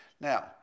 Now